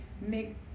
make